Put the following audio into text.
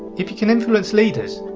if you can influence leaders,